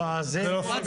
אז היא תגיד עוד שנתיים.